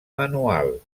manual